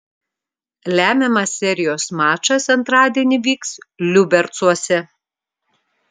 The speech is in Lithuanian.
lemiamas serijos mačas antradienį vyks liubercuose